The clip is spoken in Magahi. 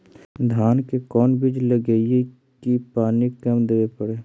धान के कोन बिज लगईऐ कि पानी कम देवे पड़े?